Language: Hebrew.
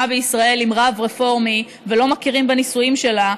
בישראל עם רב רפורמי ולא מכירים בנישואים שלה,